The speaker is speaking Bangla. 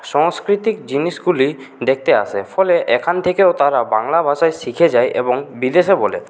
সাংস্কৃতিক জিনিসগুলি দেখতে আসে ফলে এখান থেকেও তারা বাংলা ভাষায় শিখে যায় এবং বিদেশে বলে